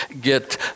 get